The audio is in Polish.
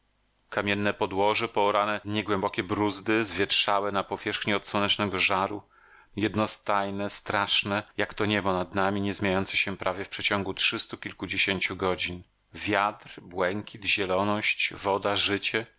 kamienne podłoże poorane w niegiębokie bruzdy zwietrzałe na powierzchni od słonecznego żaru jednostajne straszne jak to niebo nad nami niezmieniające się prawie w przeciągu trzystu kilkudziesięciu godzin wiatr błękit zieloność woda życie